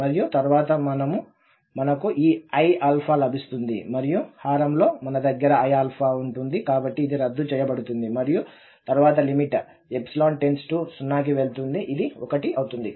మరియు తరువాత మనకు ఈ iα లభిస్తుంది మరియు హారం లో మన దగ్గర iα ఉంటుంది కాబట్టి ఇది రద్దు చేయబడుతుంది మరియు తరువాత లిమిట్ → 0 కి వెళుతుంది ఇది 1 అవుతుంది